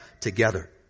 together